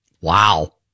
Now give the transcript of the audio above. Wow